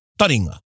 Taringa